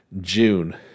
June